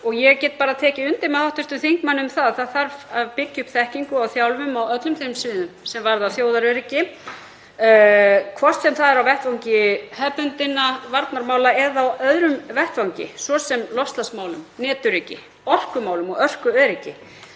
Ég get bara tekið undir með hv. þingmanni um að það þurfi að byggja upp þekkingu og þjálfun á öllum þeim sviðum sem varða þjóðaröryggi, hvort sem það er á vettvangi hefðbundinna varnarmála eða á öðrum vettvangi, svo sem loftslagsmálum, netöryggi, orkumálum og orkuöryggi.